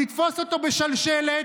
לתפוס אותו בשלשלת,